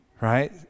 right